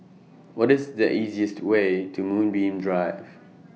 What IS The easiest Way to Moonbeam Drive